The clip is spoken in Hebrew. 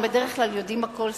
הם בדרך כלל יודעים הכול,